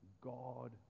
God